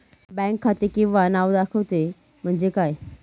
Bank खाते किंवा नाव दाखवते म्हणजे काय?